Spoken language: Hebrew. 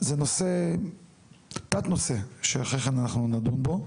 זה נושא תת-נושא שאחרי כן אנחנו נדון בו.